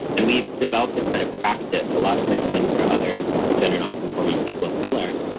and we've developed a kind of practice a lot of my friends are other gender nonconforming people of color.